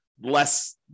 less